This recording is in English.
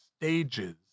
stages